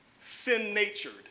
sin-natured